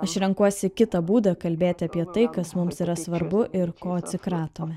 aš renkuosi kitą būdą kalbėti apie tai kas mums yra svarbu ir ko atsikratome